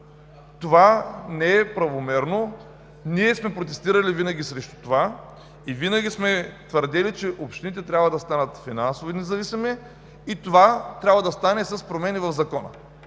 Това не е правомерно. Ние сме протестирали винаги срещу това и винаги сме твърдели, че общините трябва да станат финансово независими, и това трябва да стане с промени в Закона.